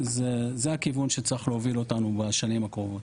זה הכיוון שצריך להוביל אותנו בשנים הקרובות.